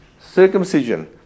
Circumcision